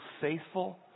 faithful